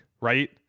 right